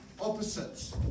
Opposites